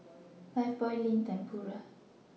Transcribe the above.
Lifebuoy Lindt and Pura